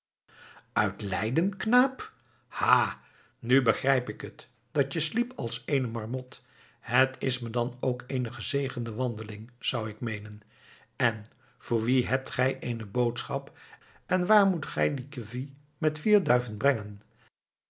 uit leiden knaap ha nu begrijp ik het dat je sliep als eene marmot het is me dan ook eene gezegende wandeling zou ik meenen en voor wien hebt gij eene boodschap en waar moet gij die kevie met vier duiven brengen